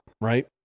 right